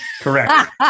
Correct